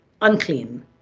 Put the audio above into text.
unclean